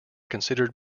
considered